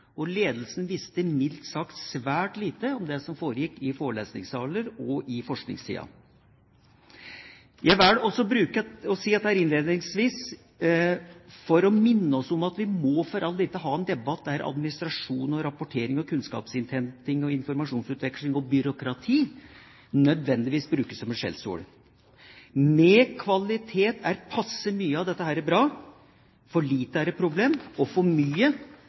ledelsen visste mildt sagt svært lite om det som foregikk i forelesningssaler og i forskningstida. Jeg velger å si dette innledningsvis for å minne om at vi for all del ikke må ha en debatt der administrasjon, rapportering, kunnskapsinnhenting, informasjonsutveksling og byråkrati nødvendigvis brukes som et skjellsord. Med kvalitet er passe mye av dette bra. For lite er et problem, og for mye